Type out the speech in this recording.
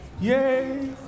Yay